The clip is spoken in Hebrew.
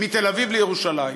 מתל-אביב לירושלים.